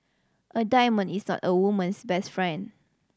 a diamond is not a woman's best friend